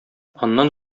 аннан